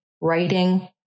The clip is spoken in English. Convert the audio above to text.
writing